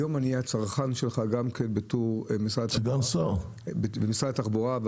היום אני אהיה הצרכן שלך גם בתור משרד התחבורה -- כסגן שר.